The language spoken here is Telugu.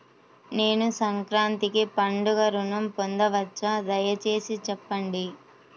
నేను సంక్రాంతికి పండుగ ఋణం పొందవచ్చా? దయచేసి చెప్పండి?